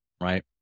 right